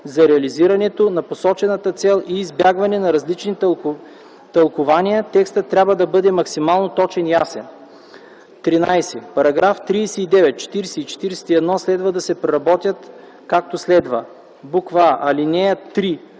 за реализирането на посочената цел и избягване на различни тълкувания текстът трябва да бъде максимално точен и ясен. 13. Параграфи 39, 40 и 41 следва да се преработят, както следва: а) алинея 3